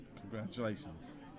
Congratulations